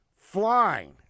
flying